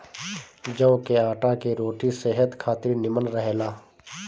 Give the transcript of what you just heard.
जव के आटा के रोटी सेहत खातिर निमन रहेला